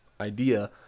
idea